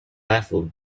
baffled